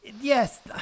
Yes